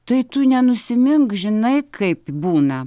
tai tu nenusimink žinai kaip būna